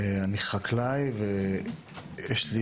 אני חקלאי ויש לי